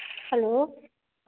hello